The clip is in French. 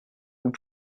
vous